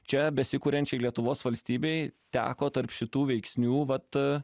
čia besikuriančiai lietuvos valstybei teko tarp šitų veiksnių vat